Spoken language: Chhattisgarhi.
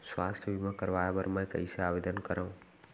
स्वास्थ्य बीमा करवाय बर मैं कइसे आवेदन करव?